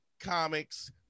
comics